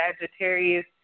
Sagittarius